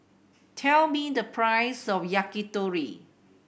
tell me the price of Yakitori